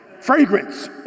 Fragrance